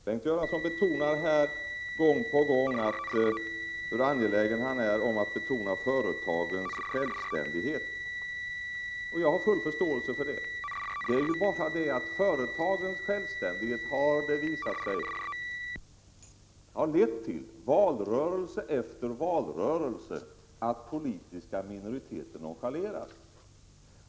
Bengt Göransson betonar gång på gång hur angelägen han är att värna om företagens självständighet. Jag har full förståelse för detta. Det har dock valrörelse efter valrörelse visat sig att företagens självständighet har lett till att politiska minoriteter nonchaleras.